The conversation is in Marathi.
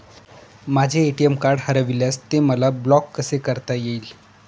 माझे ए.टी.एम कार्ड हरविल्यास ते मला ब्लॉक कसे करता येईल?